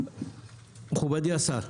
מכובדי השר,